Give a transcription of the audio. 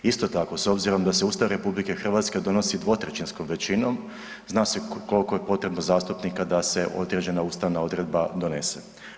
Isto tako, s obzirom da se Ustav RH donosi 2/3 većinom zna se koliko je potrebno zastupnika da se određena ustavna odredba donese.